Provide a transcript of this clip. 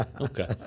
Okay